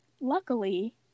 luckily